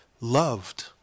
loved